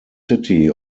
city